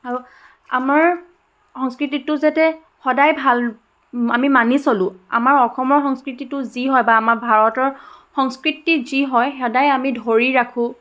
আৰু আমাৰ সংস্কৃতিটো যাতে সদায় ভাল আমি মানি চলোঁ আমাৰ অসমৰ সংস্কৃতিটো যি হয় বা আমাৰ ভাৰতৰ সংস্কৃতি যি হয় সদায় আমি ধৰি ৰাখোঁ